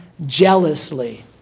jealously